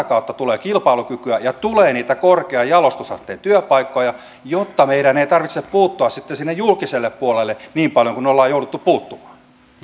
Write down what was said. kautta tulee kilpailukykyä ja tulee niitä korkean jalostusasteen työpaikkoja jotta meidän ei tarvitse puuttua sitten sinne julkiselle puolelle niin paljon kuin olemme joutuneet puuttumaan